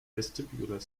vestibular